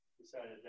decided